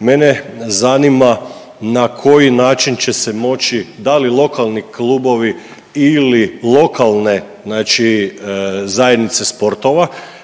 Mene zanima na koji način će se moći da li lokalni klubovi ili lokalne, znači zajednice sportova